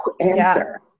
answer